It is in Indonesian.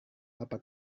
apa